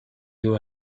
you